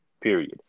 period